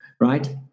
right